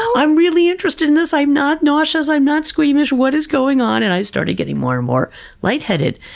i'm really interested in this, i'm not nauseous, i'm not squeamish, what is going on! and i started getting more and more lightheaded.